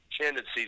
tendencies